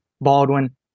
Baldwin